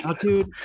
dude